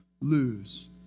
lose